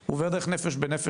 הוא עובר דרך נפש בנפש,